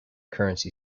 currency